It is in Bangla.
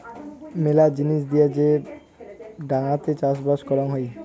মেলা জিনিস দিয়ে যে ডাঙাতে চাষবাস করাং হই